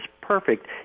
perfect